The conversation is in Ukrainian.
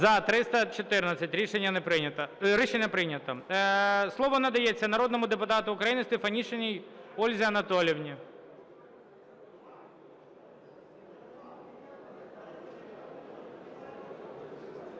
За-314 Рішення прийнято. Слово надається народному депутату України Стефанишиній Ользі Анатоліївні.